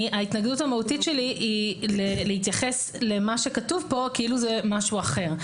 ההתנגדות המהותית שלי היא להתייחס למה שכתוב כאן כאילו זה משהו אחר.